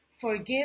forgive